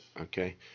Okay